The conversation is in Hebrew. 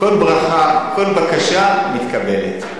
כל ברכה, כל בקשה, מתקבלת.